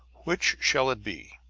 which shall it be